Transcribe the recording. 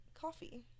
coffee